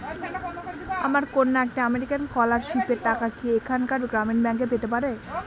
আমার কন্যা একটি আমেরিকান স্কলারশিপের টাকা কি এখানকার গ্রামীণ ব্যাংকে পেতে পারে?